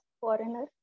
foreigner